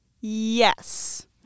Yes